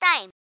time